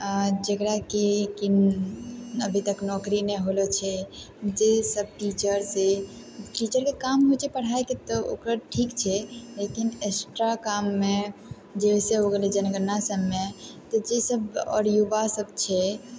जेकरा कि अभी तक नौकरी नहि होलो छै जे सब टीचर से टीचरके काम होइ छै पढ़ाई तऽ ओकर ठीक छै लेकिन एक्स्ट्रा काममे जे वैसे हो गेलै जनगणना सबमे तऽ जे सब आओर युवा सब छै